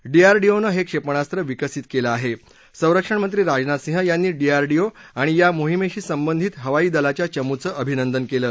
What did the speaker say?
डीआरडीओनं हक्क्विपास्त्र विकसित कलि आह अंरक्षणमंत्री राजनाथ सिंह यांनी डीआरडीओ आणि या मोहिमधी संबंधित हवाई दलाच्या चमूचं अभिनंदन कलि